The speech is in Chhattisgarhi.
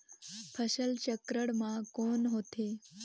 फसल चक्रण मा कौन होथे?